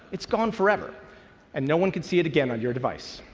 it's gone forever and no one can see it again on your device.